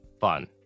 fun